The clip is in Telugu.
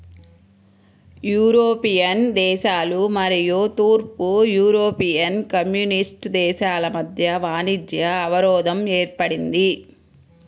యూరోపియన్ దేశాలు మరియు తూర్పు యూరోపియన్ కమ్యూనిస్ట్ దేశాల మధ్య వాణిజ్య అవరోధం ఏర్పడింది